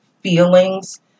feelings